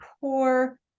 poor